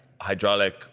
hydraulic